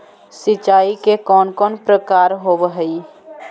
सिंचाई के कौन कौन प्रकार होव हइ?